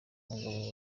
umugabo